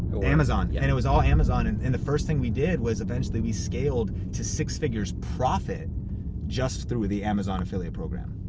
ah amazon. and it was all amazon. and and the first thing we did was eventually, we scaled to six figures profit just through the amazon affiliate program.